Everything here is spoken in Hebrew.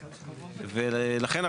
ולכן,